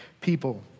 people